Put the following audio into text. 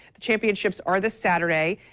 championships are this saturday.